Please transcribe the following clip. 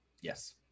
yes